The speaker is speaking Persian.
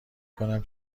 کنم